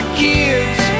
kids